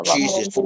Jesus